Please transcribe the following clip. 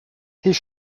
his